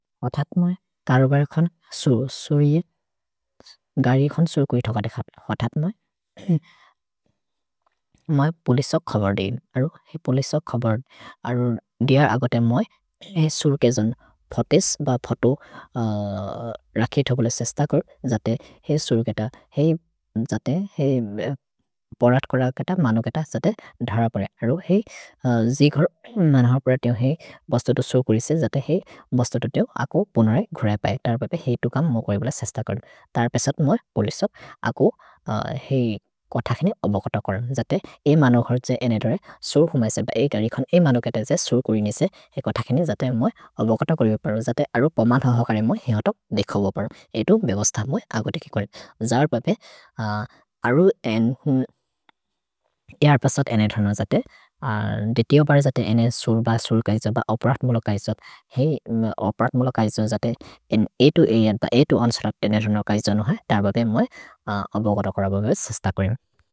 अथात् मै तरो बए खन् सुरिये गरि खन् सुर् कोइ थकते खात्। मै पोलिस खबर् देइन्। अरु ही पोलिस खबर्। अरु दिय आगते मै ही सुर् के जोन् फतेस् ब फतो रखि थकुले सेश्त कर्। जाते ही सुर् केत, ही जाते ही परत् कर केत मनु केत जाते धर परे। अरु ही जिखर् मनु हप्र तेओ ही बस्ततो सुर् कुरिसे। जाते ही बस्ततो तेओ अको पुनरे गुरै पए। तर पेपे ही तुकम् म गुरे बिल सेश्त कर्। तर पेसेत् मै पोलिस अको ही कोथकेने अबगत कर्। जाते ही मनु हप्र तेओ एनेदरे सुर् हुमैसे बै। ए दारि खन् ही मनु केत से सुर् कुरिने से ही कोथकेने। जाते मै अबगत करु परो। जाते अरु पमथ हौकरे मै ही होतक् देख बोपर्। ही तु बेबस्त मै आगते कि कोरे। जार् पेपे अरु एन्। एअर्पसत् एनेदनो जाते। दे तेओ परे जाते एने सुर् ब सुर् कैसो ब अप्रत् मुल कैसो। ही अप्रत् मुल कैसो जाते एन् एतु एनेद्ब एतु अन्सरप्तेनेदनो कैसो। त बगे मै अबगत कर बगे सेश्त कुरे।